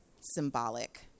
symbolic